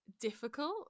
difficult